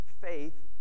faith